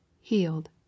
healed